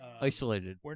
Isolated